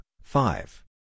five